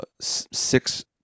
six